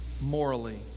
morally